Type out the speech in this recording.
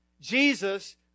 Jesus